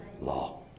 law